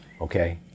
okay